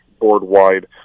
board-wide